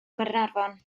gaernarfon